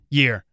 year